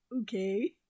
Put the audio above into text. okay